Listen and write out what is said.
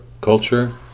culture